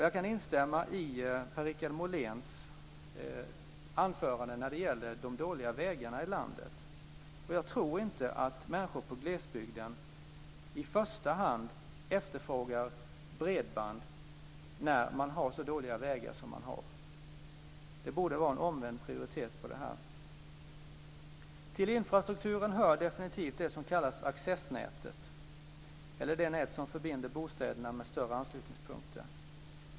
Jag kan instämma i Per-Richard Moléns anförande när det gäller de dåliga vägarna i landet. Jag tror inte att människor i glesbygden i första hand efterfrågar bredband, när man har så dåliga vägar som man har. Det borde vara en omvänd prioritet på detta. Till infrastrukturen hör definitivt det som kallas accessnätet, eller det nät som förbinder bostäderna med större anslutningspunkter.